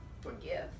forgive